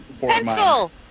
Pencil